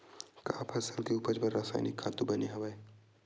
का फसल के उपज बर रासायनिक खातु बने हवय?